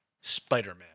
Spider-Man